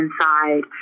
inside